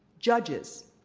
judges,